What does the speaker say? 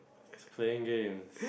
is playing games